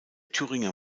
thüringer